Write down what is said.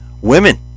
women